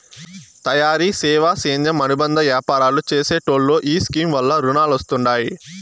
తయారీ, సేవా, సేద్యం అనుబంద యాపారాలు చేసెటోల్లో ఈ స్కీమ్ వల్ల రునాలొస్తండాయి